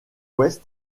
ouest